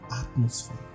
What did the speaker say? atmosphere